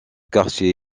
quartier